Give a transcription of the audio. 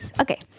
Okay